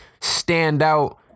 standout